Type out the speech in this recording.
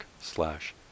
slash